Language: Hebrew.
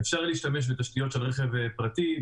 אפשר להשתמש בתשתיות של רכב פרטי,